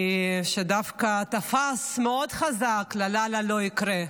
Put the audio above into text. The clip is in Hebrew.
שדווקא תפס מאוד חזק, "לה לה לה, לא יקרה",